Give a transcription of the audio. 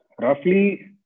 roughly